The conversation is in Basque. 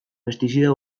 pestizida